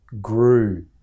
grew